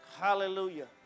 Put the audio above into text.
Hallelujah